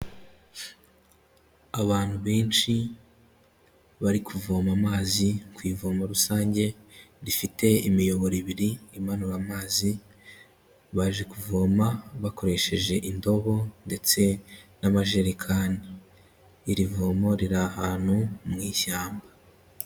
Abantu benshi bari kuvoma amazi ku ivomo rusange, rifite imiyoboro ibiri imanura amazi, baje kuvoma bakoresheje indobo ndetse n'amajerekani. Iri vomo riri ahantu mu ishyamba.